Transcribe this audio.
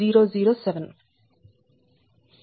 007